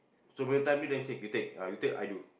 so for the time being say you take ah you take I do